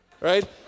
right